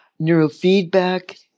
Neurofeedback